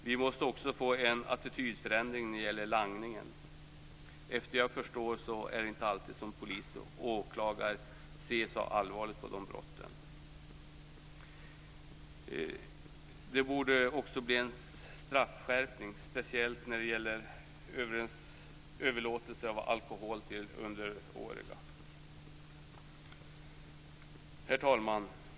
Vi måste vidare få en attitydförändring när det gäller langningen. Efter vad jag förstår är det inte alltid som polis och åklagare ser så allvarligt på de brotten. Det borde också bli en straffskärpning - speciellt när det gäller överlåtelse av alkohol till underåriga. Herr talman!